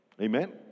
Amen